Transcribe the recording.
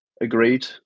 agreed